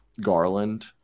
Garland